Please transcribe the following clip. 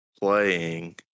playing